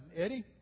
Eddie